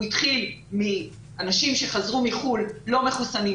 הוא התחיל מאנשים שחזרו מחוץ לארץ לא מחוסנים,